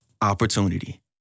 Opportunity